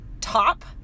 top